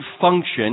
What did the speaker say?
function